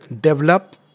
develop